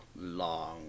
long